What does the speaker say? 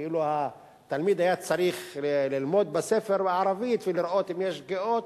כאילו התלמיד היה צריך ללמוד בספר בערבית ולראות אם יש שגיאות.